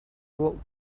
walked